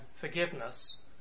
forgiveness